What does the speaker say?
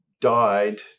died